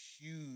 huge